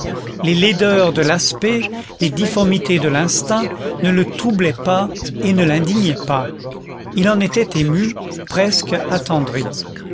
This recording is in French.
les laideurs de l'aspect les difformités de l'instinct ne le troublaient pas et ne l'indignaient pas il en était ému presque attendri